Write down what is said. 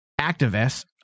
activists